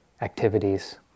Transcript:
activities